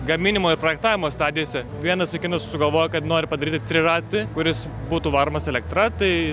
gaminimo ir projektavimo stadijose vienas vaikinas sugalvojo kad nori padaryti triratį kuris būtų varomas elektra tai